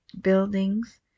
buildings